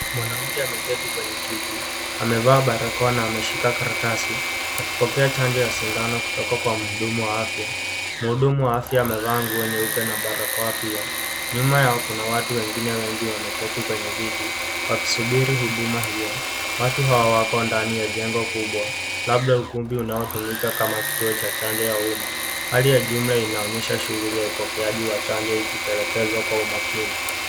Mwanamke ameketi kwenye kiti, amevaa barakoa na ameshika karatasi, akipokea chanjo ya sindano kutoka kwa mhudumu wa afya. Mhudumu wa afya amevaa nguo nyeupe na barakoa pia. Nyuma yao kuna watu wengine wengi wameketi kwenye viti, wakisubiri huduma hiyo. Watu hawa wako ndani ya jengo kubwa, labda ukumbi unaotumika kama kituo cha umma. Hali ya jumla inaonyesha shughuli ya upokeaji wa chanjo ikitelekezwa kwa umakini.